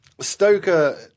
Stoker